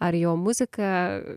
ar jo muzika